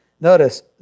Notice